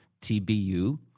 TBU